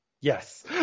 Yes